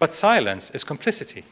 but silence is complicity